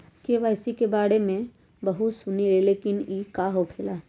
KYC के बारे में हम बहुत सुनीले लेकिन इ का होखेला?